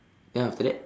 then after that